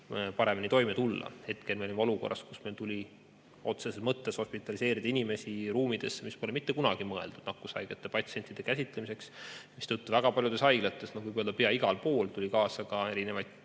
paremini toime tulla. Hetkel me olime olukorras, kus meil tuli otseses mõttes hospitaliseerida inimesi ruumidesse, mis pole mitte kunagi mõeldud nakkushaigete patsientide ravimiseks, mistõttu väga paljudes haiglates, võib öelda, et pea igal pool tekkis haiglasiseseid